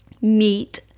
meat